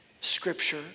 Scripture